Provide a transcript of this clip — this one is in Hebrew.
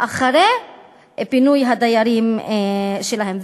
אחרי פינוי הדיירים שלהם.